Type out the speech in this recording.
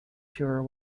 sure